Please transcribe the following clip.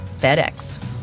FedEx